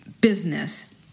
business